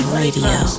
radio